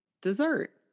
dessert